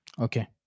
Okay